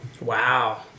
Wow